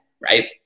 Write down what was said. Right